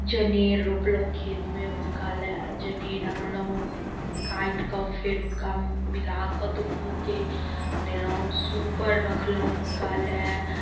जनेर रोपलहुॅं खेतमे हुनका लए जनेर आनलहुॅं काटि कऽ फेर हुनका मिलाकऽ दुनूके देलहुॅं सुपर रखलौ हुनका लए